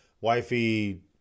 wifey